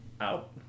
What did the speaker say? out